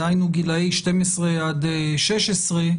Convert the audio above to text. דהיינו גילאי 12 עד 16,